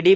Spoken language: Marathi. डी